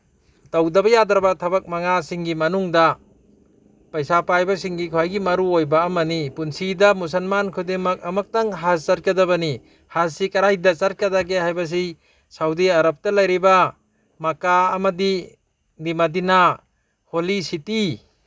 ꯇꯧꯗꯕ ꯌꯥꯗ꯭ꯔꯕ ꯊꯕꯛ ꯃꯉꯥꯁꯤꯡꯒꯤ ꯃꯅꯨꯡꯗ ꯄꯩꯁꯥ ꯄꯥꯏꯕꯁꯤꯡꯒꯤ ꯈ꯭ꯋꯥꯏꯒꯤ ꯃꯔꯨꯑꯣꯏꯕ ꯑꯃꯅꯤ ꯄꯨꯟꯁꯤꯗ ꯃꯨꯜꯁꯜꯃꯥꯟ ꯈꯨꯗꯤꯡꯃꯛ ꯑꯃꯨꯛꯇꯪ ꯍꯔꯁ ꯆꯠꯀꯗꯕꯅꯤ ꯍꯔꯁꯁꯤ ꯀꯔꯥꯏꯗ ꯆꯠꯀꯗꯒꯦ ꯍꯥꯏꯕꯁꯤ ꯁꯥꯎꯗꯤ ꯑꯔꯞꯇ ꯂꯩꯔꯤꯕ ꯃꯀꯥ ꯑꯃꯗꯤ ꯃꯗꯤꯅꯥ ꯍꯣꯂꯤ ꯁꯤꯇꯤ